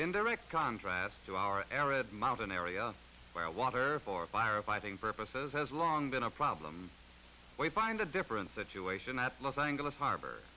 in direct contrast to our arid mountain area where water for firefighting purposes has long been a problem we find a different situation at los angeles harbor